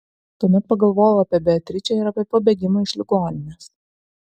tuomet pagalvoju apie beatričę ir apie pabėgimą iš ligoninės